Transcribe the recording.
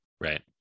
right